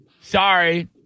Sorry